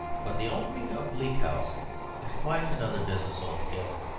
but the opening of bleak house is quite another business altogether.